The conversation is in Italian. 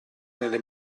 nelle